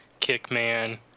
Kickman